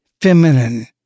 Feminine